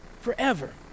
forever